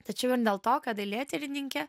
tačiau ir dėl to kad dailėtyrininkė